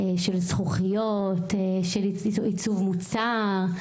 של זכוכיות, של עיצוב מוצר,